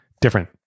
different